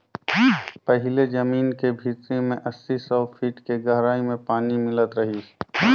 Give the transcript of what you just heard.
पहिले जमीन के भीतरी में अस्सी, सौ फीट के गहराई में पानी मिलत रिहिस